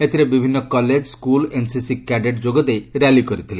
ଏଥିରେ ବିଭିନ୍ନ college school NCC cadet ଯୋଗଦେଇ ର୍ୟାଲି କରିଥିଲେ